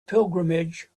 pilgrimage